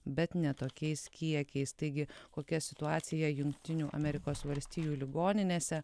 bet ne tokiais kiekiais taigi kokia situacija jungtinių amerikos valstijų ligoninėse